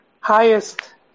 highest